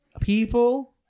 people